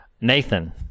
Nathan